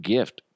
Gift